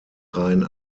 reihen